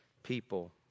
people